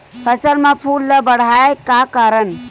फसल म फूल ल बढ़ाय का करन?